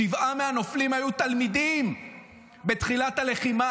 שבעה מהנופלים היו תלמידים בתחילת הלחימה,